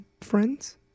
Friends